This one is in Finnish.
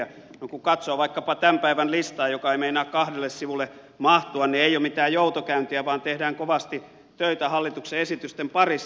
no kun katsoo vaikkapa tämän päivän listaa joka ei meinaa kahdelle sivulle mahtua niin ei ole mitään joutokäyntiä vaan tehdään kovasti töitä hallituksen esitysten parissa